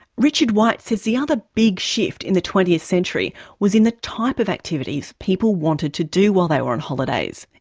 richard white says the other bit shift in the twentieth century was in the type of activities people wanted to do while they were on holidays,